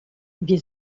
wir